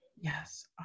Yes